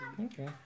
Okay